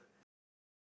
Hariff